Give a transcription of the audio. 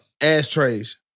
Ashtrays